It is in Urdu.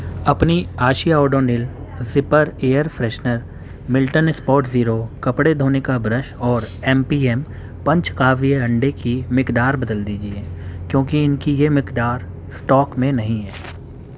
اپنی آشیا Odonil zipper air freshener Milton spot zero کپڑے دھونے کا برش اور ایم پی ایم پنچ کاویہ انڈے کی مقدار بدل دیجیے کیونکہ ان کی یہ مقدار اسٹاک میں نہیں ہے